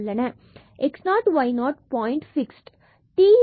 x 0 y 0 point fixed t மற்றும் interval interval 0 and 1 ல் உள்ளது